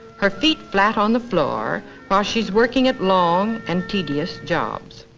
her feet flat on the floor while she's working at long and tedious jobs.